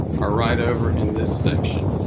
are right over in this section.